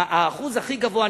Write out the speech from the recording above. האחוז הכי גבוה,